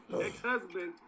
ex-husband